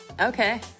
Okay